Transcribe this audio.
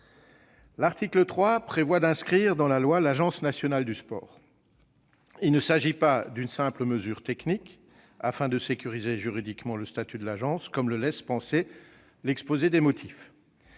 L'article 3 inscrit dans la loi l'Agence nationale du sport. Il ne s'agit pas d'une simple mesure technique visant à sécuriser juridiquement le statut de l'Agence, comme le laisse penser l'exposé des motifs.